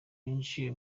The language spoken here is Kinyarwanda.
winjiye